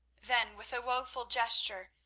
then, with a woeful gesture,